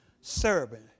servant